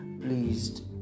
pleased